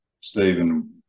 Stephen